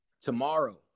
tomorrow